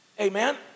Amen